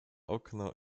okno